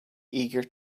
eager